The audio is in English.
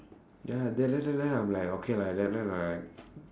ya then then then I'm like okay lah like that then I like